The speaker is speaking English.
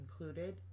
included